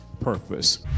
purpose